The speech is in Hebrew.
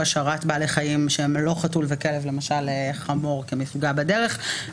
השארת בעלי חיים שהם לא חתול או כלב למשל חמור כמפגע בדרך;